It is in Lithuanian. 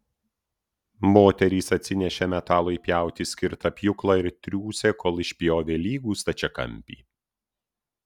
moterys atsinešė metalui pjauti skirtą pjūklą ir triūsė kol išpjovė lygų stačiakampį